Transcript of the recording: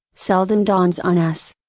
seldom dawns on us.